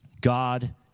God